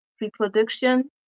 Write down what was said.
reproduction